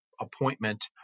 appointment